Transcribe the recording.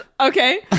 Okay